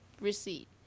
receipt